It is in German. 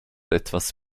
etwas